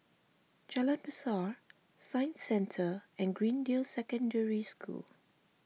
Jalan Besar Science Centre and Greendale Secondary School